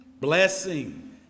blessing